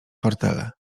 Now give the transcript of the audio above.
fortele